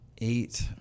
Eight